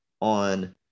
on